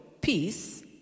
peace